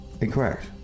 Incorrect